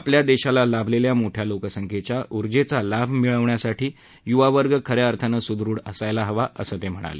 आपल्या देशाला लाभलेल्या मोठ्या लोकसंख्येच्या उर्जेचा लाभ मिळवण्यासाठी युवावर्ग खऱ्या अर्थानं सुदूढ असायला हवा असं ते म्हणाले